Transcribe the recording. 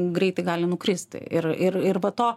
greitai gali nukristi ir ir ir va to